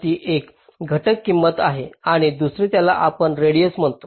ही एक घटक किंमत आहे आणि दुसरे ज्याला आपण रेडिएस म्हणतो